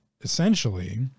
essentially